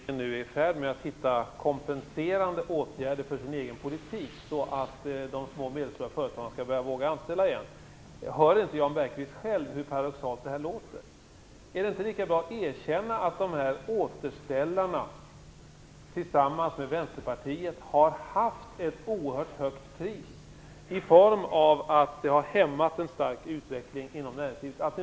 Herr talman! Det är bra att regeringen nu är i färd med att hitta kompenserande åtgärder för sin egen politik, så att de små och medelstora företagen kan börja våga anställa igen. Hör inte Jan Bergqvist själv hur paradoxalt det här låter? Är det inte lika bra att erkänna att återställarna tillsammans med Vänsterpartiet har haft ett oerhört högt pris genom att de har hämmat en stark utveckling inom näringslivet?